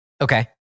Okay